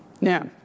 Now